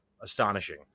astonishing